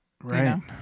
Right